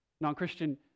Non-Christian